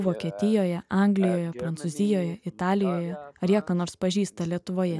vokietijoje anglijoje prancūzijoje italijoje ar jie ką nors pažįsta lietuvoje